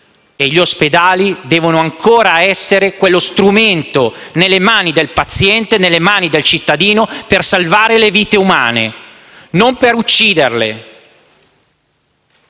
e gli ospedali devono essere ancora quello strumento nelle mani del paziente e del cittadino per salvare vite umane, non per uccidere.